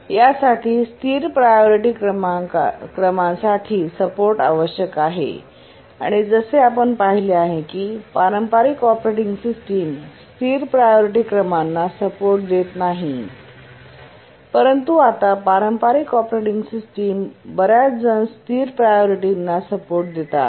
यासाठी स्थिर प्रायोरिटी क्रमांसाठी सपोर्ट आवश्यक आहे आणि जसे आपण पाहिले आहे की पारंपारिक ऑपरेटिंग सिस्टम स्थिर प्रायोरिटी क्रमांना सपोर्ट देत नाही परंतु आता पारंपारिक ऑपरेटिंग सिस्टम बर्याचजण स्थिर प्रायोरिटीना सपोर्ट देतात